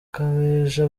kabeja